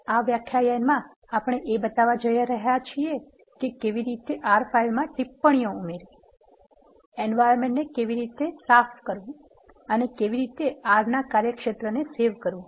આ વ્યાખ્યાનમાં આપણે એ બતાવવા જઈ રહ્યા છીએ કે કેવી રીતે R ફાઇલમાં ટિપ્પણીઓ ઉમેરવી environment ને કેવી રીતે સાફ કરવું અને કેવી રીતે R ના કાર્યક્ષેત્રને સેવ કરવું